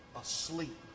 asleep